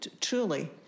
truly